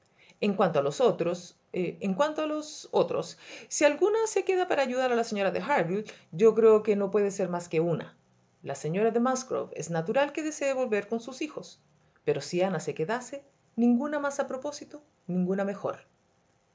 en cuanto a los otros en cuanto a los otros si alguna se queda para ayudar a la señora de harville yo creo que no puede ser más que una la señora de musgrove es natural que desee volver con sus hijos pero si ana se quedase ninguna más a propósito ninguna mejor